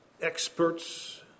experts